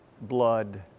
blood